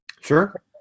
Sure